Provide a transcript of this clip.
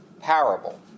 parable